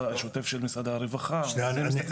השוטף של משרד הרווחה --- שנייה,